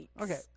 Okay